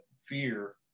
fear